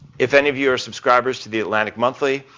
if any of you are subscribers to the atlantic monthly,